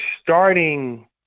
starting –